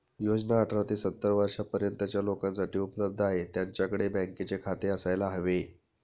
योजना अठरा ते सत्तर वर्षा पर्यंतच्या लोकांसाठी उपलब्ध आहे, त्यांच्याकडे बँकेचे खाते असायला हवे